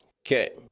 Okay